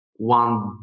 one